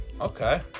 okay